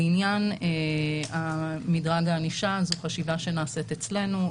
לעניין מדרג הענישה, זו חשיבה שנעשית אצלנו.